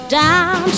down